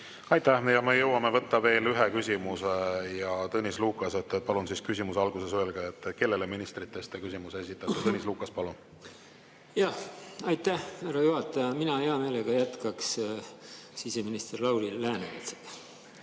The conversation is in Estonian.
Aitäh! Me jõuame võtta veel ühe küsimuse. Tõnis Lukas, palun! Küsimuse alguses öelge, kellele ministritest te küsimuse esitate. Tõnis Lukas, palun! Aitäh, härra juhataja! Mina hea meelega jätkaksin siseminister Lauri Läänemetsaga.